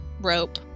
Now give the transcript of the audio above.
rope